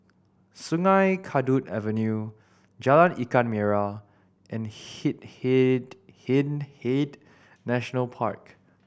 Sungei Kadut Avenue Jalan Ikan Merah and Hindhede National Park